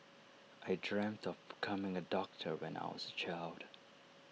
I dreamt of becoming A doctor when I was A child